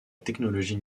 technologie